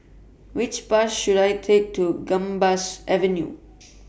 Which Bus should I Take to Gambas Avenue